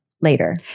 later